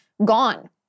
Gone